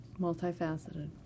Multifaceted